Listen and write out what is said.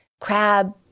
crab